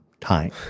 time